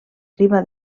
riba